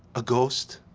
a ghost?